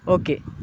okay